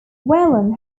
whelan